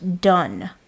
done